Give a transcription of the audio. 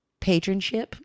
patronship